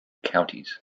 counties